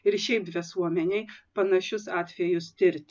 ir šiaip visuomenei panašius atvejus tirti